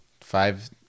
five